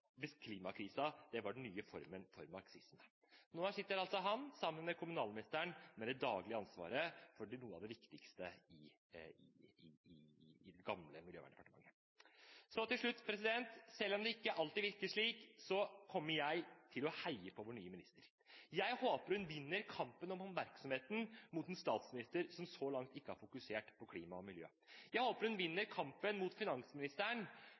var den nye formen for marxisme. Nå sitter han, sammen med kommunalministeren, med det daglige ansvaret for noe av det viktigste i det gamle Miljøverndepartementet. Så til slutt: Selv om det ikke alltid virker slik, kommer jeg til å heie på vår nye minister. Jeg håper hun vinner kampen om oppmerksomheten mot en statsminister som så langt ikke har fokusert på klima og miljø. Jeg håper hun vinner kampen mot finansministeren,